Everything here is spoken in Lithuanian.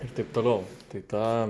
ir taip toliau tai ta